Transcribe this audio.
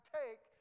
take